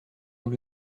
nous